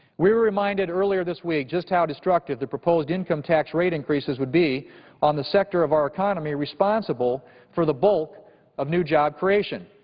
we were reminded earlier this week just how destructive the proposed income tax rate increases would be on the sector of our economy responsible for the bulk of new job creation,